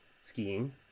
skiing